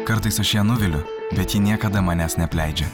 kartais aš ją nuviliu bet ji niekada manęs neapleidžia